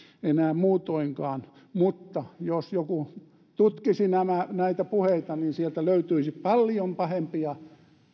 enää muutoinkaan mutta jos joku tutkisi näitä puheita niin sieltä löytyisi paljon pahempia